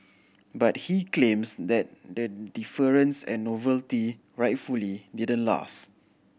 but he claims that the deference and novelty rightfully didn't last